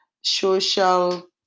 social